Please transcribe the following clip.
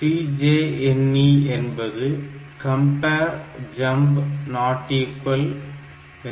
CJNE என்பது compare jump not equal temp L3